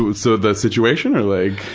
so, the situation or like.